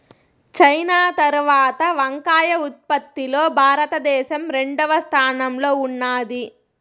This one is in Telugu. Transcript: చైనా తరవాత వంకాయ ఉత్పత్తి లో భారత దేశం రెండవ స్థానం లో ఉన్నాది